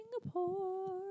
Singapore